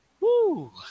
Woo